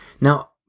Now